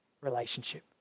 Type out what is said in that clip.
relationship